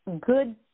good